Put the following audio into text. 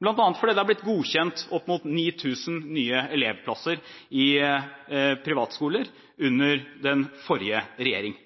bl.a. fordi det har blitt godkjent opp mot 9 000 nye elevplasser i privatskoler under den forrige regjeringen.